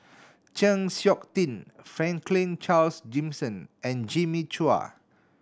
Chng Seok Tin Franklin Charles Gimson and Jimmy Chua